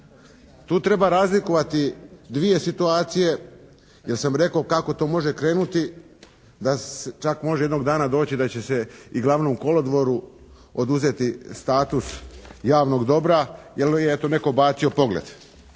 Tu treba razlikovati dvije situacije, jer sam rekao kako to može krenuti da čak može jednog dana doći da će se i glavnom kolodvoru oduzeti status javnog dobra, jer je eto netko bacio pogled.